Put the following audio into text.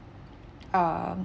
uh